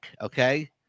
okay